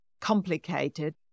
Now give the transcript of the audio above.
complicated